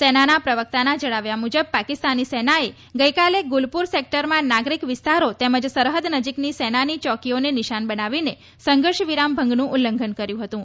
સેનાના પ્રવકતાના જણાવ્યા મુજબ પાકિસ્તાની સેનાએ ગઇકાલે ગુલપુર સેકટરમાં નાગરીક વિસ્તારો તેમજ સરહદ નજીકની સેનાનો ચોકીઓને નિશાન બનાવીને સંઘર્ષ વિરામ ભંગનું ઉલ્લંઘન કર્યું હતું